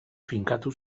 finkatu